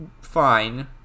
fine